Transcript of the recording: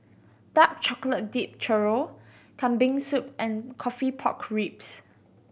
dark chocolate dip churro Kambing Soup and coffee pork ribs